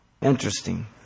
Interesting